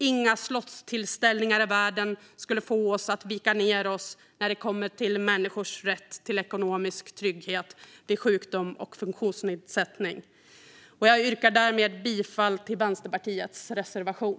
Inga slottstillställningar i världen skulle kunna få oss att vika ned oss när det kommer till människors rätt till ekonomisk trygghet vid sjukdom och funktionsnedsättning. Jag yrkar därmed bifall till Vänsterpartiets reservation.